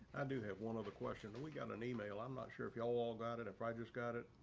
i do have one other question that we got an email. i'm not sure if you all all got it if i just got it